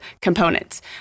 components